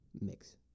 mix